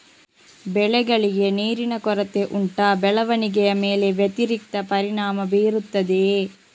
ಬೆಳೆಗಳಿಗೆ ನೀರಿನ ಕೊರತೆ ಉಂಟಾ ಬೆಳವಣಿಗೆಯ ಮೇಲೆ ವ್ಯತಿರಿಕ್ತ ಪರಿಣಾಮಬೀರುತ್ತದೆಯೇ?